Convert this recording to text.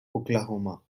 oklahoma